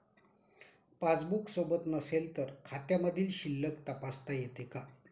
Passbook सोबत नसेल तर खात्यामधील शिल्लक तपासता येते का?